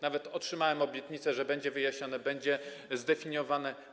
Nawet otrzymałem obietnicę, że będzie to wyjaśnione, będzie to zdefiniowane.